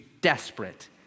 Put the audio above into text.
desperate